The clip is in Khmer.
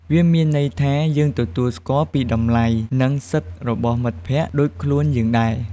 វាមានន័យថា យើងទទួលស្គាល់ពីតម្លៃ និងសិទ្ធិរបស់មិត្តភក្តិដូចខ្លួនយើងដែរ។